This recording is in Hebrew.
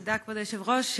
תודה, כבוד היושבת-ראש.